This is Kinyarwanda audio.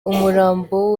umurambo